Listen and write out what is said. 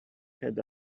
had